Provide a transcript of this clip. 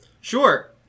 Sure